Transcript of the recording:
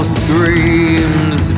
screams